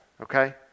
okay